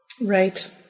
Right